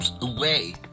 away